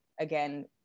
again